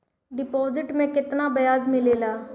Deposit मे केतना बयाज मिलेला?